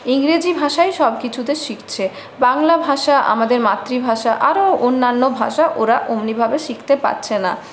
ইংরেজি ভাষায় সবকিছুতে শিখছে বাংলা ভাষা আমাদের মাতৃভাষা আরও অন্যান্য ভাষা ওরা অমনিভাবে শিখতে পারছে না